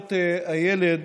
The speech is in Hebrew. לזכויות הילד